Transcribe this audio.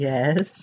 Yes